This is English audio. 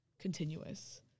continuous